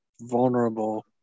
vulnerable